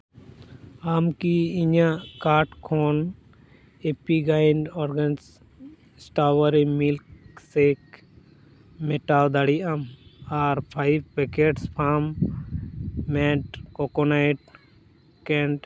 ᱟᱢ ᱠᱤ ᱤᱧᱟᱹᱜ ᱠᱟᱨᱰ ᱠᱷᱚᱱ ᱮᱯᱤᱜᱟᱭᱤᱱᱰ ᱚᱨᱜᱟᱱᱥ ᱥᱴᱟᱣᱟᱨᱤ ᱢᱤᱞᱠ ᱥᱮᱠ ᱢᱮᱴᱟᱣ ᱫᱟᱲᱮᱭᱟᱜᱼᱟᱢ ᱟᱨ ᱯᱷᱟᱭᱤᱵᱽ ᱯᱮᱠᱮᱴᱥ ᱯᱟᱢᱯ ᱢᱮᱴ ᱠᱚᱠᱳᱱᱟᱭᱤᱴ ᱠᱮᱱᱴ